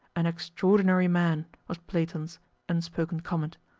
an extraordinary man! was platon's unspoken comment.